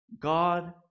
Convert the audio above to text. God